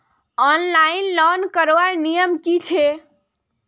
Online loan करवार नियम की छे?